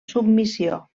submissió